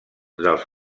dels